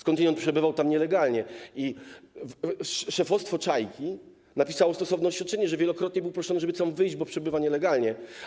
Skądinąd przebywał tam nielegalnie i szefostwo Czajki napisało stosowne oświadczenie, że wielokrotnie był proszony, żeby stamtąd wyjść, bo przebywa tam nielegalnie.